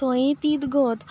थंयीय तीच गत